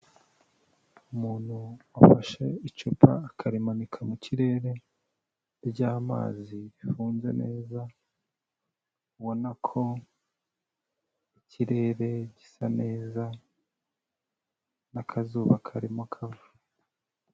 Umuntu ufashe icupa akarimanika mu kirere ry'amazi rifunze neza ubona ko ikirere gisa neza n'akazuba karimo kavu.